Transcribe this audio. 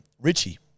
Richie